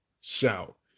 shout